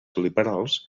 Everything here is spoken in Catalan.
liberals